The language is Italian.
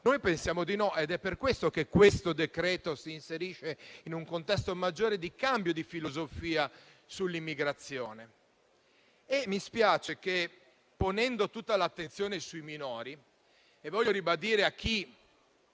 Noi pensiamo di no ed è per questo che il decreto-legge in esame si inserisce in un contesto maggiore di cambio di filosofia sull'immigrazione. Mi spiace che si sia posta tutta l'attenzione sui minori e desidero ribadire a chi